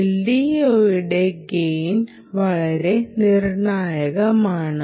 LDOയുടെ gain വളരെ നിർണായകമാണ്